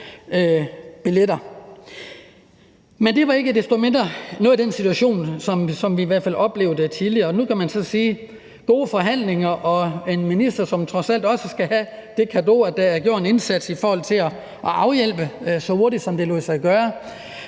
som vi i hvert fald oplevede tidligere. Og nu kan man så sige, at gode forhandlinger – og en minister, som trods alt også skal have den cadeau, at der er gjort en indsats i forhold til at afhjælpe så hurtigt, som det lod sig gøre